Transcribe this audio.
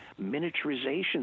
miniaturization